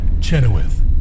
Chenoweth